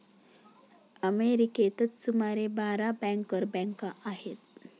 अमेरिकेतच सुमारे बारा बँकर बँका आहेत